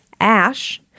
Ash